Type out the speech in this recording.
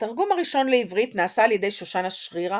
התרגום הראשון לעברית נעשה על ידי שושנה שרירא